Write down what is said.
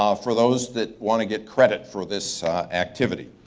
um for those that want to get credit for this activity.